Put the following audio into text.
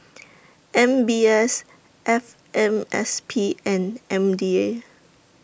M B S F M S P and M D A